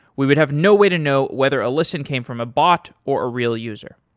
we would have no way to know whether a listen came from a bot or a real user.